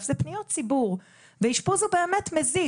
זה פניות ציבור ואשפוז הוא באמת מזיק,